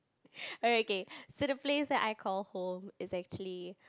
alright okay so the place that I call home is actually